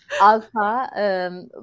alpha